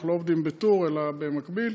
אנחנו לא עובדים בטור אלא במקביל.